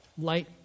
light